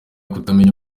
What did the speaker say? kutamenya